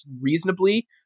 reasonably